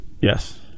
Yes